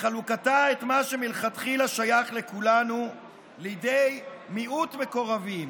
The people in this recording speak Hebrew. בחלקה את מה שמלכתחילה שייך לכולנו לידי מיעוט מקורבים.